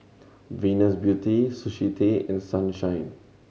Venus Beauty Sushi Tei and Sunshine